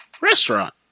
restaurant